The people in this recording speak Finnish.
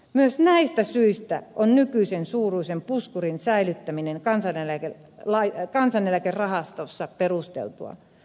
myös näistä syistä on nykyisen suuruisen puskurin säilyttäminen kansaneläkerahastossa perusteltua